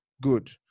good